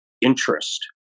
interest